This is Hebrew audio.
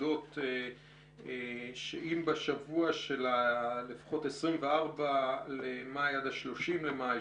אם בשבוע של ה-24 עד ה-30 למאי,